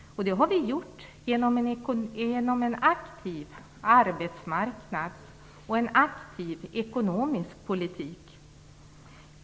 Det har vi gjort genom en aktiv arbetsmarknadspolitik och en aktiv ekonomisk politik.